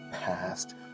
past